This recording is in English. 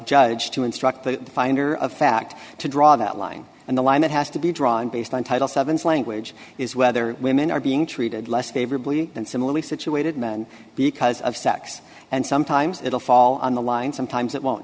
judge to instruct the finder of fact to draw that line and the line that has to be drawn based on title seven's language is whether women are being treated less favorably than similarly situated men because of sex and sometimes it will fall on the line sometimes it won't